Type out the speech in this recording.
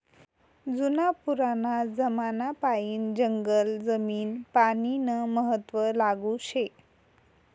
जुना पुराना जमानापायीन जंगल जमीन पानीनं महत्व लागू शे